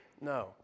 no